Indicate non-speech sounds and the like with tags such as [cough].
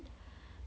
[breath]